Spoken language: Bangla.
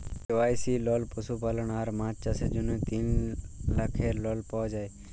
কে.সি.সি লল পশুপালল আর মাছ চাষের জ্যনহে তিল লাখের লল পাউয়া যায়